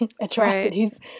atrocities